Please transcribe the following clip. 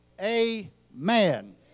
amen